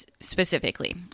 specifically